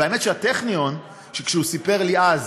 והאמת, שהטכניון, כשהוא סיפר לי אז